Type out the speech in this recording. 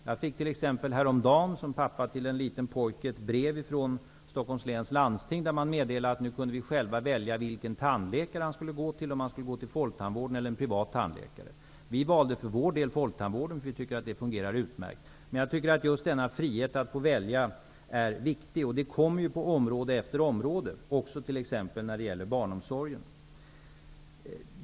Jag fick häromdagen som pappa till en liten pojke ett brev från Stockholms läns landsting, där man meddelade att vi nu själva kunde välja vilken tandläkare pojken skall gå till, tandläkare inom folktandvården eller privat tandläkare. Vi valde för vår del folktandvården därför att vi tycker att den fungerar utmärkt. Jag tycker att frihet att få välja är viktig. Det kommer på område efter område nu, också när det gäller barnomsorgen.